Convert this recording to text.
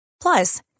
Plus